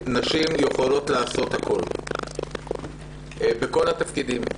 שנשים יכולות לעשות הכול בכל התפקידים.